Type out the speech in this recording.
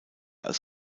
als